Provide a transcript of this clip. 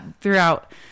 Throughout